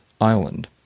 island